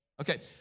Okay